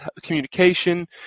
communication